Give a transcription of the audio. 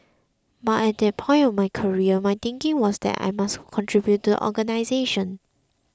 but at that point of my career my thinking was that I must contribute to the organisation